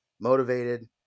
Motivated